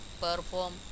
perform